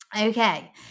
Okay